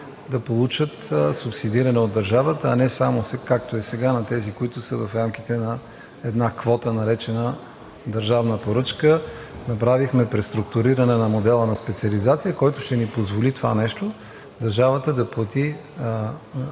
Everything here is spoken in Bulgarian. да получат субсидиране от държавата, а не само както е сега, на тези, които са в рамките на една квота, наречена държавна поръчка. Направихме преструктуриране на модела на специализация, който ще ни позволи това нещо – държавата да плати